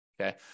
okay